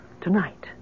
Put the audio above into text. Tonight